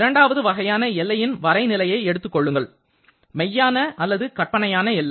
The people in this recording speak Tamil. இரண்டாவது வகையான எல்லையின் வரைநிலையை எடுத்துக் கொள்ளுங்கள் மெய்யான அல்லது கற்பனையான எல்லை